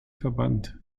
verbannt